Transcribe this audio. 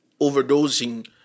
overdosing